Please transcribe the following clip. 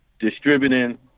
distributing